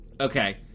okay